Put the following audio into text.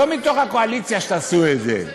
לא מתוך הקואליציה שתעשו את זה.